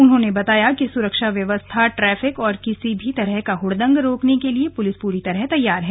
उन्होंने बताया कि सुरक्षा व्यवस्था ट्रैफिक और किसी तरह का हुड़दंग रोकने के लिए पुलिस पूरी तरह तैयार है